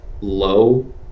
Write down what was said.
low